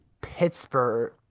Pittsburgh